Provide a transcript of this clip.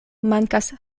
mankas